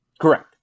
correct